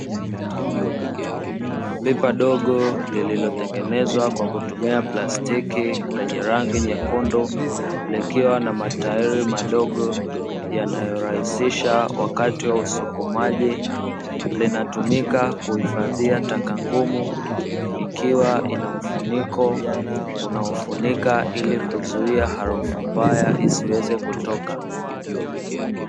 Pipa dogo liilotengenezwa kwa kutumia plastic lenye rangi nyekundu likiwa na matajiri madogo yanayorahisisha wakati wa usukumaji, linatumika kuhifadhi taka ngumu ikiwa ina mfuniko unaofunika ili kuzia harufu mbaya isiwaze kutoka.